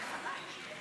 ההסתייגות (4)